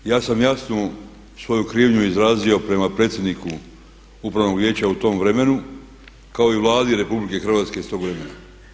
Ja sam jasnu svoju krivnju izrazio prema predsjedniku upravnog vijeća u tom vremenu kao i Vladi RH iz tog vremena.